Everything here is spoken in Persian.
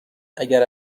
اگر